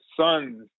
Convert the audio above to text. sons